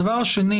דבר שני